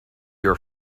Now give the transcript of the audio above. your